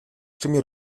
třemi